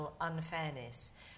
unfairness